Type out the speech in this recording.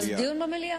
אוקיי, אז דיון במליאה.